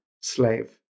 slave